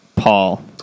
Paul